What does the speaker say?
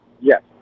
Yes